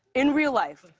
in real life,